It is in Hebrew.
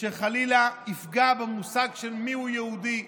שחלילה יפגע במושג של מיהו יהודי.